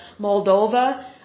Moldova